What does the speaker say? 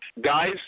Guys